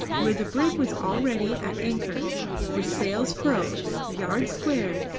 where the brig was already at anchor with sails furled, yards squared,